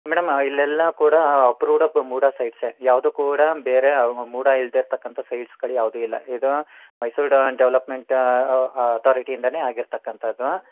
madam ಇಲ್ಲೆಲ್ಲಾ ಕೂಡ approved of MUDA ಸೈಟ್ಸ್ಸೆ ಯಾವುದು ಕೂಡ ಬೇರೆ ಮೂಡ ಇಲ್ಲದೆ ಇರ್ತಕ್ಕಂಥ ಸೈಟ್ಸ್ಗಳು ಯಾವುದು ಇಲ್ಲ ಇದು ಮೈಸೂರ್ ಡೆವೆಲಪ್ಮೆಂಟ್ ಅತೋರಿಟಿಯಿಂದಾನೆ ಆರ್ಗಿತಕ್ಕಂತದ್ದು ಹಾಂ